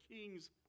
king's